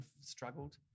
struggled